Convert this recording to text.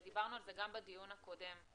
ודיברנו על זה גם בדיון הקודם,